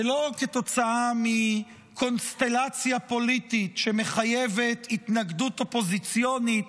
ולא כתוצאה מקונסטלציה פוליטית שמחייבת התנגדות אופוזיציונית